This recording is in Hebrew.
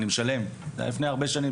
אני משלם" זה היה לפני הרבה שנים,